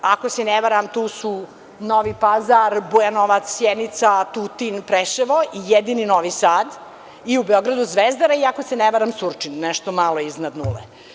Ako se ne varam tu su Novi Pazar, Bujanovac, Sjenica, Tutin, Preševo i jedino Novi Sad i u Beogradu Zvezdara i ako se ne varam Surčin, nešto malo iznad nule.